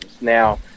Now